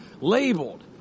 Labeled